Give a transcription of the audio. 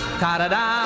ta-da-da